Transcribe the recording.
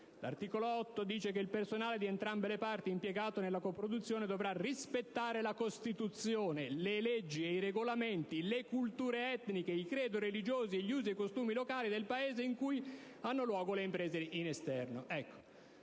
L'articolo 8 dice che «Il personale di entrambe le parti impiegato nella coproduzione dovrà rispettare la Costituzione, le leggi e i regolamenti, le culture etniche, il credo religioso e gli usi e costumi locali del Paese in cui hanno luogo le riprese in esterno».